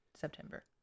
September